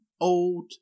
old